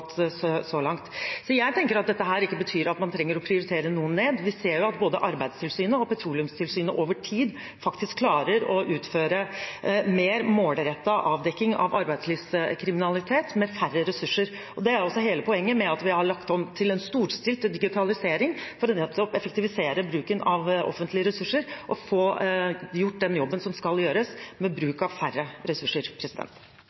så langt. Så jeg tenker at dette ikke betyr at man trenger å prioritere noe ned. Vi ser jo at både Arbeidstilsynet og Petroleumstilsynet over tid faktisk klarer å utføre mer målrettet avdekking av arbeidslivskriminalitet med færre ressurser. Det er også hele poenget med at vi har lagt om til en storstilt digitalisering, for nettopp å effektivisere bruken av offentlige ressurser og få gjort den jobben som skal gjøres, med